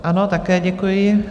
Ano, také děkuji.